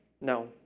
No